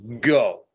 Go